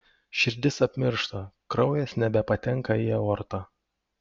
širdis apmiršta kraujas nebepatenka į aortą